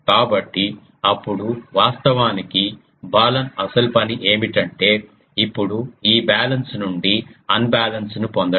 కాబట్టి అప్పుడు వాస్తవానికి బాలన్ అసలు పని ఏమిటంటే ఇప్పుడు ఈ బ్యాలెన్స్ నుండి ఆన్బాలన్స్ ను పొందడం